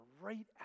right